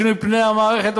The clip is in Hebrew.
בשינוי פני המערכת,